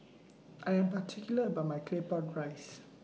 I Am particular about My Claypot Rice